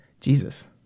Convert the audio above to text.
Jesus